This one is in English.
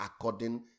according